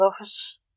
office